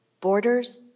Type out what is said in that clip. borders